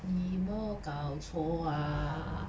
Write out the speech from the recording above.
你没搞错吧